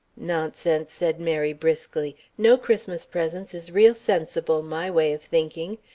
nonsense, said mary, briskly no christmas presents is real sensible, my way of thinking.